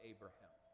Abraham